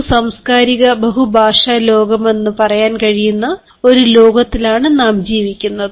ബഹുസാംസ്കാരിക ബഹുഭാഷാ ലോകമെന്നു പറയാൻ കഴിയുന്ന ഒരു ലോകത്തിലാണ് നാം ജീവിക്കുന്നത്